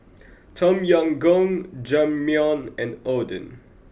Tom Yam Goong Jajangmyeon and Oden